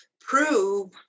prove